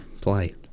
play